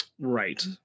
Right